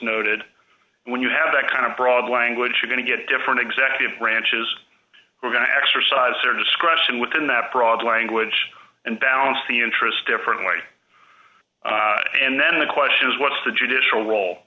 noted when you have that kind of broad language you're going to get different executive branches we're going to exercise their discretion within that broad language and balance the interests differently and then the question is what's the judicial role